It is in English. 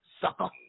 Sucker